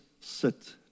sit